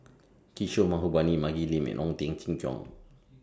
Kishore Mahbubani Maggie Lim and Ong Teng Cheong